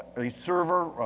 a server,